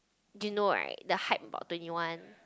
you know right the hype about twenty one